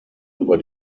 über